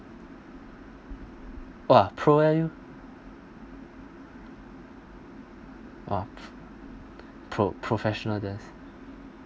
!wah! pro eh you !wah! pro~ professional dance